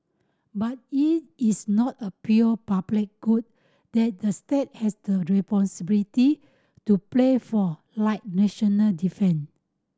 but it is not a pure public good that the state has the responsibility to play for like national defence